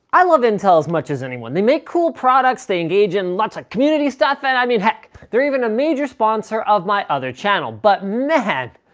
i love intel as much as anyone. they make cool products, they engage in lots of community stuff, and i mean heck, they're even a major sponsor of my other channel. but man,